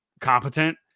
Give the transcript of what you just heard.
competent